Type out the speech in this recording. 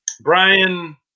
Brian